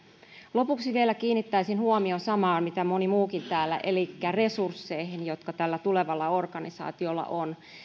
lopuksi vielä kiinnittäisin huomion samaan kuin moni muukin täällä elikkä resursseihin jotka tällä tulevalla organisaatiolla on